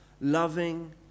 Loving